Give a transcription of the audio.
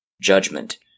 Judgment